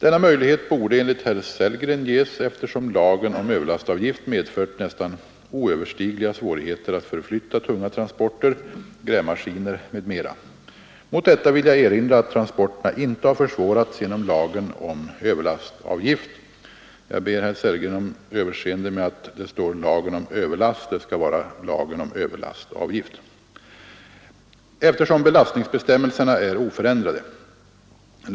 Denna möjlighet borde, enligt herr Sellgren, ges, eftersom lagen om överlastavgift medfört oöverstigliga svårigheter att förflytta tunga traktorer, grävmaskiner m.m. Mot detta vill jag erinra att transporterna inte har försvårats genom lagen om överlastavgift, eftersom belastningsbestämmelserna är oförändrade.